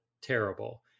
terrible